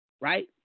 Right